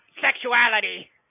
sexuality